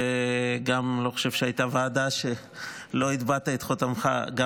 אני חושב שלא הייתה ועדה שלא הטבעת את חותמך בה,